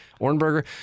Ornberger